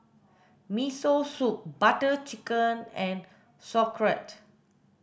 Miso Soup Butter Chicken and Sauerkraut